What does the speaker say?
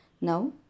Now